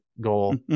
goal